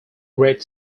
great